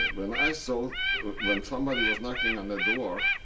when i saw when somebody was knocking on the door,